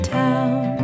town